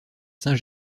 saint